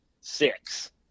six